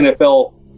NFL